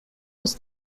was